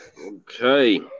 Okay